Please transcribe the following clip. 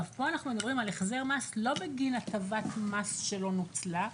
פה אנחנו מדברים על החזר מס לא בגין הטבת מס שלא נוצלה,